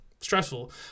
stressful